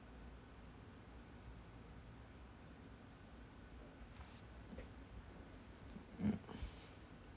mm